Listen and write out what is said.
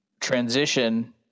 transition